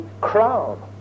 crown